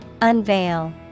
Unveil